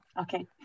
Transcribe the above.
Okay